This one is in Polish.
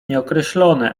nieokreślone